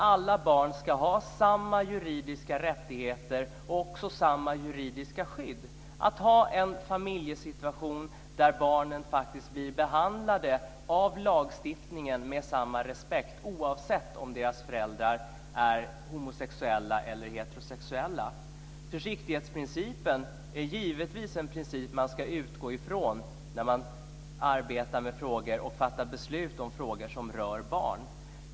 Alla barn ska ha samma juridiska rättigheter och samma juridiska skydd. Lagstiftningen måste behandla barnen med samma respekt oavsett om deras föräldrar är homosexuella eller heterosexuella. Man ska givetvis utgå från försiktighetsprincipen när man arbetar med och fattar beslut i frågor som rör barn.